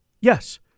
yes